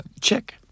check